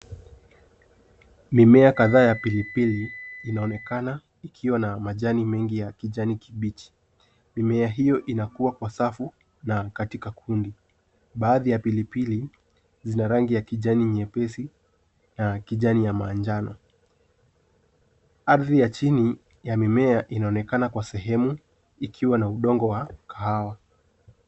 Mimea kadhaa ya pilipili inaonekana ikiwa na majani mengi ya kijani kibichi. Mimea hiyo inakuwa kwa safu na katika kundi. Baadhi ya pilipili zina rangi ya kijani nyepesi na kijani ya manjano. Ardhi ya chini ya mimea inaonekana kwa sehemu ikiwa na udongo wa kahawa.